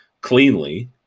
cleanly